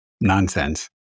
nonsense